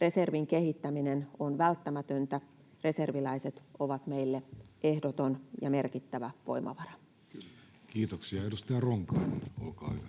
Reservin kehittäminen on välttämätöntä. Reserviläiset ovat meille ehdoton ja merkittävä voimavara. Kiitoksia. — Edustaja Ronkainen, olkaa hyvä.